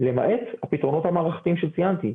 למעט הפתרונות המערכתיים שציינתי,